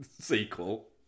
sequel